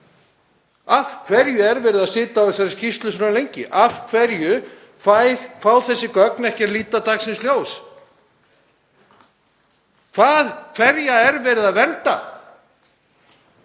Af hverju er verið að sitja á þessari skýrslu svona lengi? Af hverju fá þessi gögn ekki að líta dagsins ljós? Hverja er verið að vernda?